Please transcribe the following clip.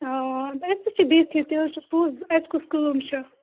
أسۍ تہِ چھِ بِہتھٕے تہِ حظ چھُ پوٚز اَسہِ کُس کٲم چھِ